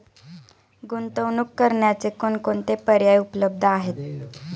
गुंतवणूक करण्याचे कोणकोणते पर्याय उपलब्ध आहेत?